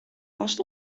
past